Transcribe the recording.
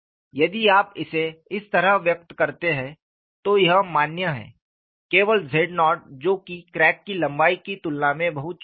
यदि आप इसे इस तरह व्यक्त करते हैं तो यह मान्य हैकेवल z0 जो की क्रैक की लंबाई की तुलना में बहुत छोटा है